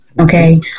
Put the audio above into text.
Okay